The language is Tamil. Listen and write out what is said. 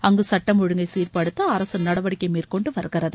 அங்கு சட்டம் ஒழுங்கை சீர்படுத்த அரசு நடவடிக்கை மேற்கொண்டு வருகிறது